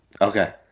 Okay